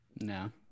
No